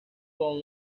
con